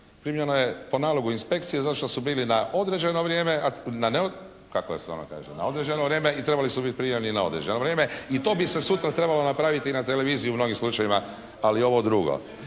vrijeme, kako se ono kaže, na određeno vrijeme i trebali su biti prijavljeno na neodređeno vrijeme. I to bi se sutra trebalo napraviti i na televiziji u mnogim slučajevima ali ovo drugo.